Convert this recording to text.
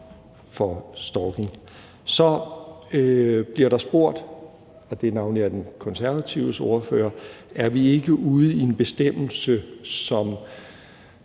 for stalking. Så bliver der spurgt – og det er navnlig den konservative ordfører – om vi ikke er ude i en bestemmelse, som